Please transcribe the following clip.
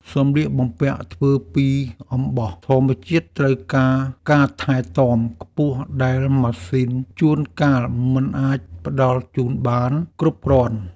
សម្លៀកបំពាក់ធ្វើពីអំបោះធម្មជាតិត្រូវការការថែទាំខ្ពស់ដែលម៉ាស៊ីនជួនកាលមិនអាចផ្តល់ជូនបានគ្រប់គ្រាន់។